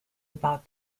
about